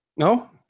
No